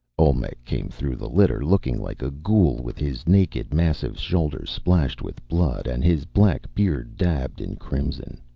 olmec came through the litter, looking like a ghoul with his naked massive shoulders splashed with blood, and his black beard dabbled in crimson.